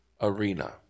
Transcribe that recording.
arena